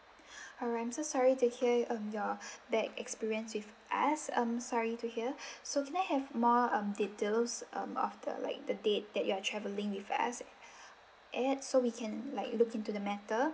oh I'm so sorry to hear um your bad experience with us um sorry to hear so can I have more um details um of the like the date that you are travelling with us and so we can like look into the matter